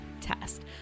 test